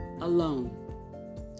alone